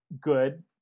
good